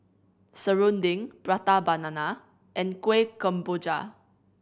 serunding Prata Banana and Kueh Kemboja